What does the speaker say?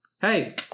Hey